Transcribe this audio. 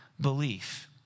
Belief